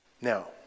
Now